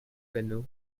canoe